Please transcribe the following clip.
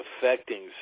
affecting